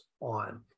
on